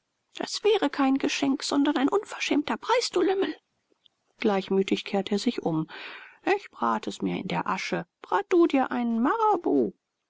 das wäre kein geschenk sondern ein unverschämter preis du lümmel gleichmütig kehrte er sich um ich brat es mir in der asche brat du dir einen marabu